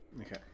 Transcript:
Okay